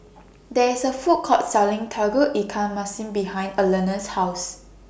There IS A Food Court Selling Tauge Ikan Masin behind Allena's House